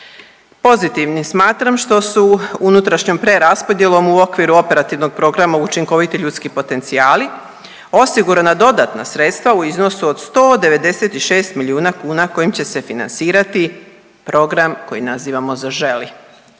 Pozitivnim smatram što su unutrašnjom preraspodjelom u okviru Operativnog programa Učinkoviti ljudski potencijali osigurana dodatna sredstva u iznosu od 196 milijuna kuna kojim će se financirati program koji nazivamo Zaželi.